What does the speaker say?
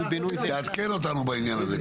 תעדכן אותנו בעניין הזה.